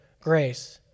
grace